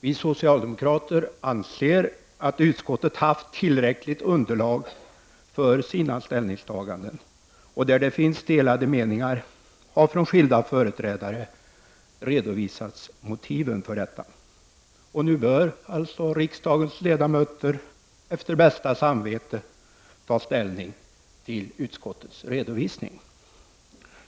Vi socialdemokrater anser att utskottet haft tillräckligt underlag för sina ställningstaganden. Där det finns delade meningar har skilda företrädare redovisat motiven härför. Riksdagens ledamöter bör nu efter bästa samvete ta ställning till utskottets redovisning.